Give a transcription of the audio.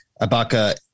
Abaka